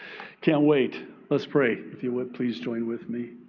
can't wait. let's pray, if you would please join with me.